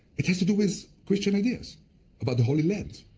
it has to do with christian ideas about the holy land.